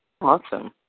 Awesome